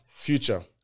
Future